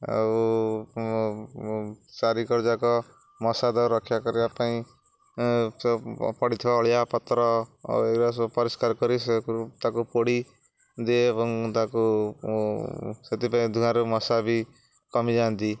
ଆଉ ଚାରିକର ଯାକ ମଶା ଦାଉରୁ ରକ୍ଷା କରିବା ପାଇଁ ପଡ଼ିଥିବା ଅଳିଆ ପତ୍ର ଏଗୁରା ସବୁ ପରିଷ୍କାର କରି ସେ ତାକୁ ପୋଡ଼ି ଦିଏ ଏବଂ ତାକୁ ସେଥିପାଇଁ ଧୂଆଁରୁ ମଶା ବି କମିଯାଆନ୍ତି